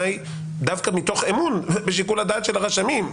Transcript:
דווקא מתוך אמון בשיקול הדעת של הרשמים.